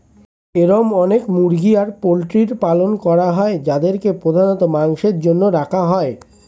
এরম অনেক মুরগি আর পোল্ট্রির পালন করা হয় যাদেরকে প্রধানত মাংসের জন্য রাখা হয়